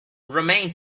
remain